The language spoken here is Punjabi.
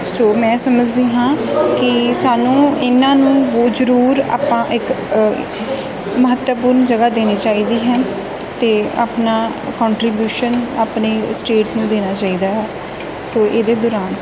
ਸੋ ਮੈਂ ਸਮਝਦੀ ਹਾਂ ਕਿ ਸਾਨੂੰ ਇਹਨਾਂ ਨੂੰ ਬਹੁ ਜ਼ਰੂਰ ਆਪਾਂ ਇੱਕ ਮਹੱਤਵਪੂਰਨ ਜਗ੍ਹਾ ਦੇਣੀ ਚਾਹੀਦੀ ਹੈ ਅਤੇ ਆਪਣਾ ਕੋਂਟਰੀਬਿਊਸ਼ਨ ਆਪਣੀ ਸਟੇਟ ਨੂੰ ਦੇਣਾ ਚਾਹੀਦਾ ਹੈ ਸੋ ਇਹਦੇ ਦੌਰਾਨ